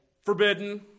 forbidden